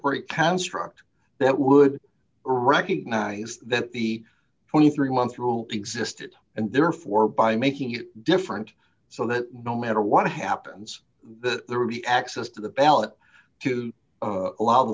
where a construct that would recognize that the twenty three month rule existed and therefore by making it different so that no matter what happens that there will be access to the ballot to allow the